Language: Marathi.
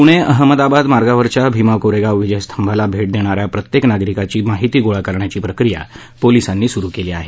पूर्णे अहमदाबाद मार्गावरच्या भीमा कोरेगाव विजय स्तंभाला भेट देणाऱ्या प्रत्येक नागरिकाची माहिती गोळा करण्याची प्रक्रिया पोलिसांनी सुरु केली आहे